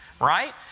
right